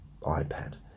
iPad